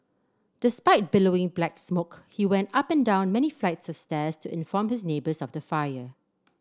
despite billowing black smoke he went up and down many flights of stairs to inform his neighbours of the fire